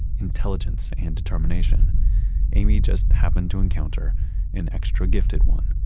intelligence and determination amy just happened to encounter and extra gifted one.